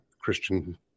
Christian